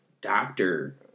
doctor